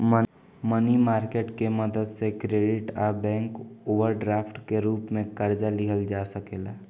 मनी market के मदद से क्रेडिट आ बैंक ओवरड्राफ्ट के रूप में कर्जा लिहल जा सकेला